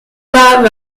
war